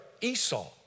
Esau